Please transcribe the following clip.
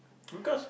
because